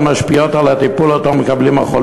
המשפיעים על הטיפול שהחולים מקבלים,